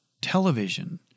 television